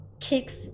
kicks